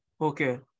Okay